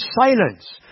silence